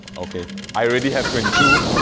okay. i already have twenty two.